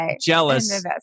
jealous